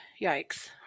yikes